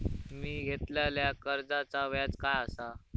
मी घेतलाल्या कर्जाचा व्याज काय आसा?